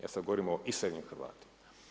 Ja sad govorim o iseljenim Hrvatima.